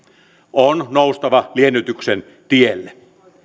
on noustava liennytyksen tielle